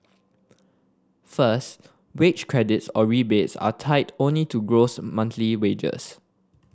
first wage credits or rebates are tied only to gross monthly wages